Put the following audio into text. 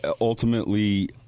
ultimately